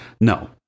No